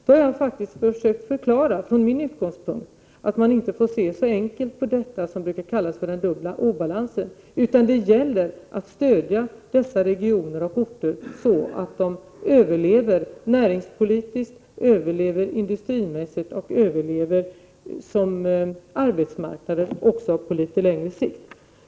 Då har jag faktiskt försökt förklara från min utgångspunkt att man inte får se så enkelt på detta som börjar kallas den dubbla obalansen, utan det gäller att stödja dessa regioner och orter så att de kan överleva näringspolitiskt, överleva industrimässigt och överleva som arbetsmarknader också på litet längre sikt.